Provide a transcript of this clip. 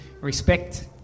respect